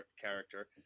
character